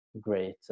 great